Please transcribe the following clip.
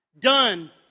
Done